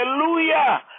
Hallelujah